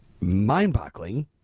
mind-boggling